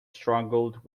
struggled